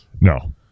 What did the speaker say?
no